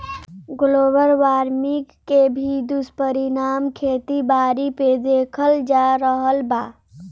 global warming के भी दुष्परिणाम खेती बारी पे देखल जा रहल बा